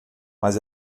mas